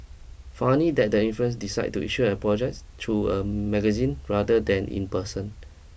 funny that the influence decide to issue an apologise through a magazine rather than in person